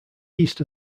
east